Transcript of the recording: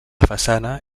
façana